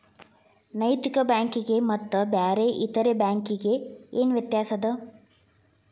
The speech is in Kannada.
ನೈತಿಕ ಬ್ಯಾಂಕಿಗೆ ಮತ್ತ ಬ್ಯಾರೆ ಇತರೆ ಬ್ಯಾಂಕಿಗೆ ಏನ್ ವ್ಯತ್ಯಾಸದ?